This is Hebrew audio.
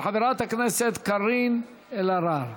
של חברת הכנסת קארין אלהרר.